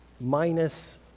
minus